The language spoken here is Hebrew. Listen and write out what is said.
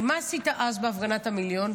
מה עשית אז בהפגנת המיליון,